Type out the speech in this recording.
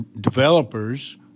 developers